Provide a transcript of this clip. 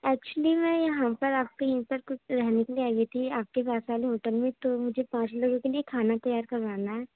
actually میں یہاں پر آپ کے یہیں پر کچھ رہنے کے لیے آئی ہوئی تھی آپ کے پاس والے ہوٹل میں تو مجھے پانچ لوگوں کے لیے کھانا تیار کروانا ہے